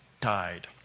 died